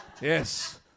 Yes